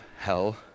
Hell